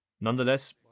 Nonetheless